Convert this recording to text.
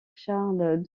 charles